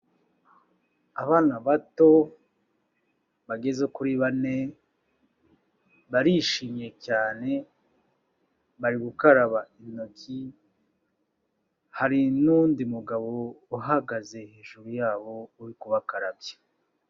Abana bato bageze kuri bane barishimye cyane, bari gukaraba intoki, hari n'undi mugabo uhagaze hejuru yabo uri kubakarabya.